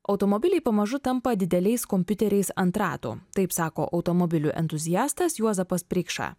automobiliai pamažu tampa dideliais kompiuteriais ant ratų taip sako automobilių entuziastas juozapas preikša